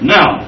Now